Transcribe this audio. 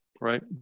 right